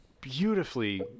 beautifully